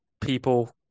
people